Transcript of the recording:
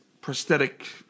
prosthetic